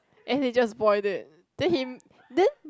and he just boil it then him then